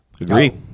Agree